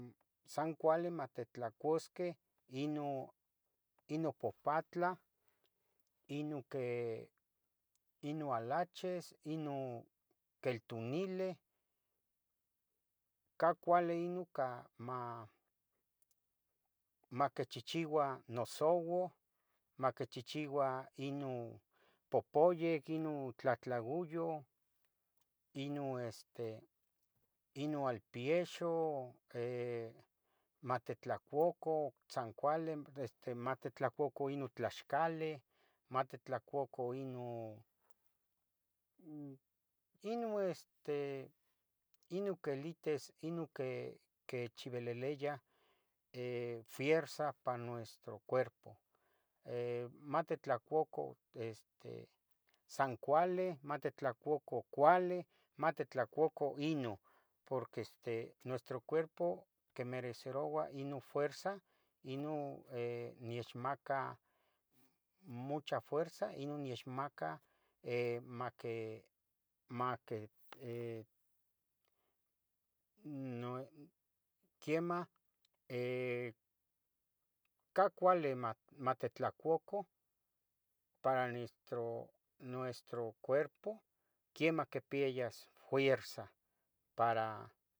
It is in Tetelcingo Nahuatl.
san cuali matitlacusqueh ino, ino pupatlah, ino que, ino alaches, ino queltunileh, ca cuali ino ca ma maquichichiua nosouau, maquichichiua ino popoyic, ino tlahtlauyoh, ino este ino alpiexu, eh, matitlacuca san cuali, este matitlacuca ino tlaxcali, matitlacuca ino, ino este, ino quelites, ino quechibililia eh fierza pa nuestro cuerpo, eh, matitlacuca este san cuali, matitlacuca cuali, matitlacuca ino, porque este nuestro cuerpo quimereceroua ino fuerza, ino eh, niechmaca mucha fuerza ino nechmaca eh maque maque eh, no quiemah eh, ca cuali mat matitlacuca para nuestro, nuestro cuerpo, quiemah quipiayas fuirza, para